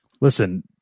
listen